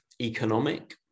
economic